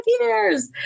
years